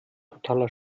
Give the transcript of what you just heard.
totaler